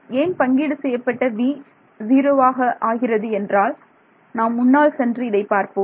ஏன் பங்கீடு செய்யப்பட்ட v ஜீரோவாக ஆகிறது என்றால் நாம் முன்னால் சென்று இதைப் பார்ப்போம்